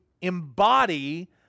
embody